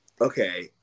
okay